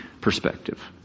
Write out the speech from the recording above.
perspective